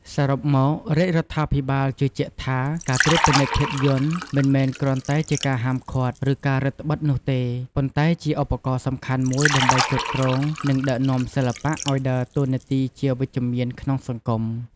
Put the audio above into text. សរុបមករដ្ឋាភិបាលជឿជាក់ថា ការត្រួតពិនិត្យភាពយន្ត មិនមែនគ្រាន់តែជាការហាមឃាត់ ឬការរឹតត្បិតនោះទេ ប៉ុន្តែជា ឧបករណ៍សំខាន់មួយដើម្បីគ្រប់គ្រង និងដឹកនាំសិល្បៈ ឲ្យដើរតួនាទីជាវិជ្ជមានក្នុងសង្គម។